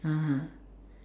(uh huh)